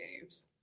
games